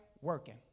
working